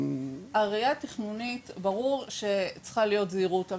הראייה התכנונית ברור שצריכה להיות זהירות.